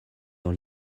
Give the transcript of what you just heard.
dans